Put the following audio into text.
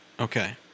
Okay